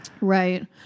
Right